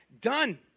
done